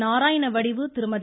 Narayana Vadivu Thirumathi